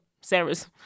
sarah's